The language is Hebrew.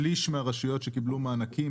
שליש מהרשויות שקיבלו מענקים,